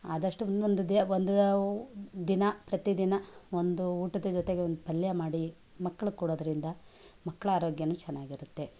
ಆದಷ್ಟು ಒನ್ನೊಂದು ಒಂದು ದಿನ ಪ್ರತಿ ದಿನ ಒಂದು ಊಟದ ಜೊತೆಗೆ ಒಂದು ಪಲ್ಯ ಮಾಡಿ ಮಕ್ಳಗೆ ಕೊಡೋದ್ರಿಂದ ಮಕ್ಕಳ ಆರೋಗ್ಯನು ಚೆನ್ನಾಗಿರುತ್ತೆ